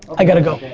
i got to go.